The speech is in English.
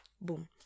boom